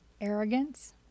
arrogance